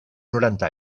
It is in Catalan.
noranta